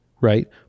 right